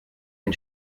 den